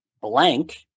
blank